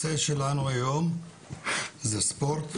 היום ט"ו באדר תשפ"ב,